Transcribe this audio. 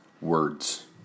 words